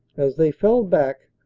as they fell back,